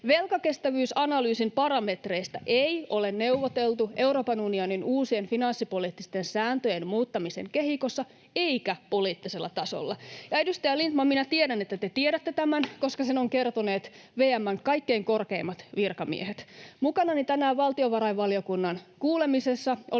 Velkakestävyysanalyysin parametreistä ei ole neuvoteltu Euroopan unionin uusien finanssipoliittisten sääntöjen muuttamisen kehikossa eikä poliittisella tasolla. Ja, edustaja Lindtman, minä tiedän, että te tiedätte tämän, koska sen ovat kertoneet VM:n kaikkein korkeimmat virkamiehet. Mukanani tänään valtiovarainvaliokunnan kuulemisessa oli